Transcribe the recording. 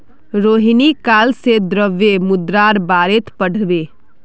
रोहिणी काल से द्रव्य मुद्रार बारेत पढ़बे